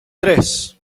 tres